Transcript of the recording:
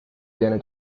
viene